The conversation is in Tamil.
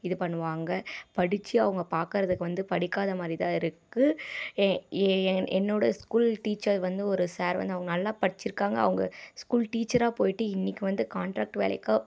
இது பண்ணுவாங்கள் படிச்சி அவங்க பார்க்கறதுக்கு வந்து படிக்காத மாதிரிதான் இருக்குது ஏன் ஏ ஏ என்னோட ஸ்கூல் டீச்சர் வந்து ஒரு சார் வந்து அவங்க நல்லா படிச்சிருக்காங்க அவங்க ஸ்கூல் டீச்சராக போயிட்டு இன்றைக்கி வந்து காண்ட்ராக்ட் வேலைக்காக